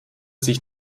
sich